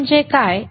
14